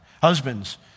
Husbands